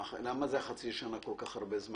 אני מעלה את הסעיפים